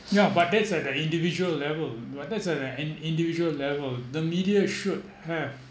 ya but that's at the individual level that's at an individual level the media should have